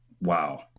wow